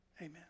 Amen